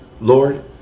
Lord